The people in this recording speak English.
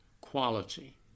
quality